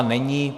Není.